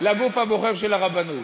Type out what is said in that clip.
לגוף הבוחר של הרבנות.